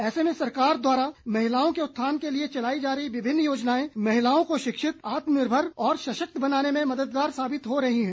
ऐसे में सरकार द्वारा महिलाओं के उत्थान के लिए चलाई जा रही विभिन्न योजनाएं महिलाओं को शिक्षित आत्मनिर्भर और सशक्त बनाने में मददगार साबित हो रही हैं